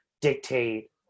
dictate